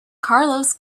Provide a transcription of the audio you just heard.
carlos